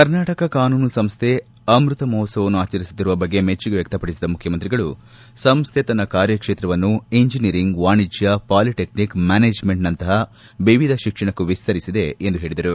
ಕರ್ನಾಟಕ ಕಾನೂನು ಸಂಸ್ಥೆ ಅಮೃತ ಮಹೋತ್ತವವನ್ನು ಆಚರಿಸುತ್ತಿರುವ ಬಗ್ಗೆ ಮೆಚ್ಚುಗೆ ವ್ಯಕ್ತಪಡಿಸಿದ ಮುಖ್ಯಮಂತ್ರಿಗಳು ಸಂಸ್ಥೆ ತನ್ನ ಕಾರ್ಯಕ್ಷೇತ್ರವನ್ನು ಇಂಜಿನಿಯರಿಂಗ್ ವಾಣಿಜ್ಯ ಪಾಲಿಟೆಕ್ನಿಕ್ ಮ್ಯಾನೇಜ್ಮೆಂಟ್ ನಂತರ ವಿವಿಧ ಶಿಕ್ಷಣಕ್ಕೂ ವಿಸ್ತರಿಸಿದೆ ಎಂದು ಹೇಳಿದರು